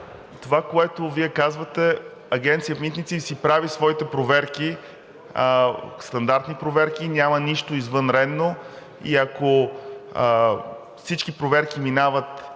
Това, което Вие казвате, Агенция „Митници“ си прави своите стандартни проверки, няма нищо извънредно и ако всички проверки минават